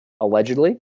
allegedly